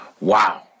Wow